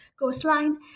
coastline